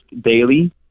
daily